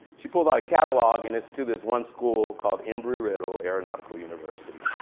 she pulls out a catalog. and it's to this one school called embry-riddle aeronautical university.